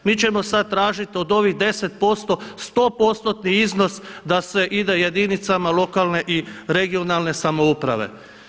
Mi ćemo sad tražiti od ovih 10% stopostotni iznos da se ide jedinicama lokalne i regionalne samouprave.